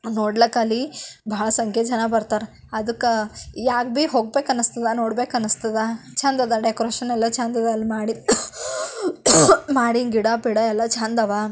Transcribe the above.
ನೋಡ್ಲಿಕ್ಕೆ ಅಲ್ಲಿ ಬಹಳ ಸಂಖ್ಯೆ ಜನ ಬರ್ತಾರ ಅದಕ್ಕೆ ಯಾಗ್ಬಿ ಹೋಗ್ಬೇಕು ಅನ್ನಿಸ್ತದೆ ನೋಡ್ಬೇಕು ಅನ್ನಿಸ್ತದ ಚೆಂದ ಅದ ಡೆಕೊರೇಷನ್ ಎಲ್ಲ ಚೆಂದ ಅದ ಅಲ್ಲಿ ಮಾಡಿ ಮಾಡಿದ ಗಿಡ ಪಿಡ ಎಲ್ಲ ಚೆಂದವ